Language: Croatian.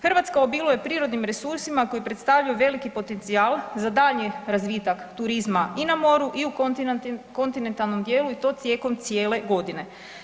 Hrvatska obiluje prirodnim resursima koji predstavljaju veliki potencijal za daljnji razvitak turizma i na moru i u kontinentalnom dijelu i to tijekom cijele godine.